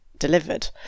delivered